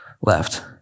left